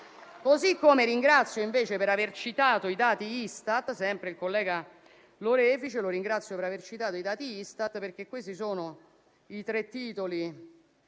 il collega Lorefice per aver citato i dati Istat, perché questi sono i tre titoli